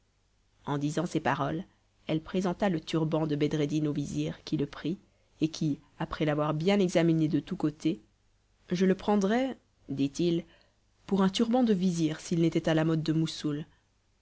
en disant ces paroles elle présenta le turban de bedreddin au vizir qui le prit et qui après l'avoir bien examiné de tous côtés je le prendrais dit-il pour un turban de vizir s'il n'était à la mode de moussoul